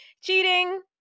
cheating